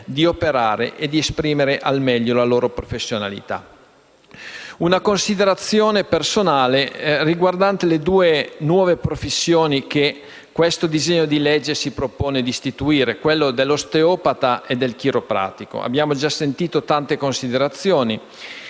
per operare ed esprimere al meglio la propria professionalità. Una considerazione personale riguarda le due nuove professioni che il disegno di legge in esame si propone di istituire: l'osteopata e il chiropratico. Abbiamo sentito tante considerazioni